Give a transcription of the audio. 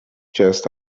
chest